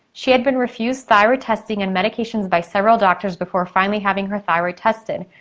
she had been refused thyroid testing and medications by several doctors before finally having her thyroid tested.